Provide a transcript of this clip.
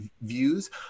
views